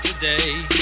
today